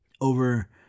over